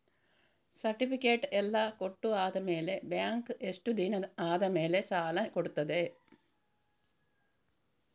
Certificate ಎಲ್ಲಾ ಕೊಟ್ಟು ಆದಮೇಲೆ ಬ್ಯಾಂಕ್ ಎಷ್ಟು ದಿನ ಆದಮೇಲೆ ಸಾಲ ಕೊಡ್ತದೆ?